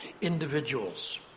individuals